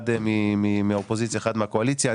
אחד מהאופוזיציה ואחד מהקואליציה.